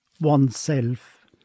oneself